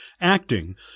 acting